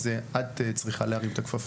אז את צריכה להרים את הכפפה.